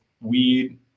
weed